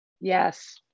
Yes